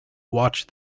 watch